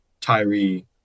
Tyree